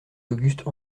auguste